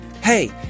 hey